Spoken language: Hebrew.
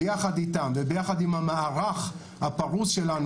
ביחד איתם וביחד עם המערך הפרוס שלנו